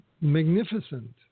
magnificent